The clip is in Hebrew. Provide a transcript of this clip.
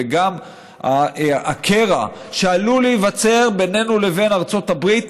וגם את הקרע שעלול להיווצר בינינו לבין ארצות הברית,